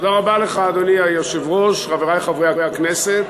אדוני היושב-ראש, תודה רבה לך, חברי חברי הכנסת,